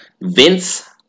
Vince